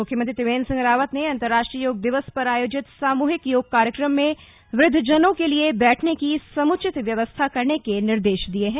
मुख्यमंत्री त्रिवेन्द्र सिंह रावत ने अंतर्राष्ट्रीय योग दिवस पर आयोजित सामूहिक योग कार्यक्रम में वृद्धजनों के लिए बैठने की समुचित व्यवस्था करने के निर्देश दिए हैं